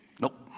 nope